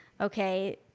okay